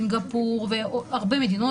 סינגפור והרבה מדינות,